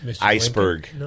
Iceberg—